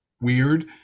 weird